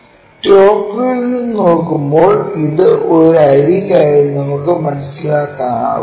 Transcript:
top വ്യൂവിൽ നിന്ന് നോക്കുമ്പോൾ ഇത് ഒരു അരിക് ആയി നമുക്ക് മനസ്സിലാക്കാനാകും